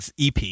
EP